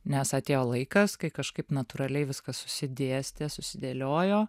nes atėjo laikas kai kažkaip natūraliai viskas susidėstė susidėliojo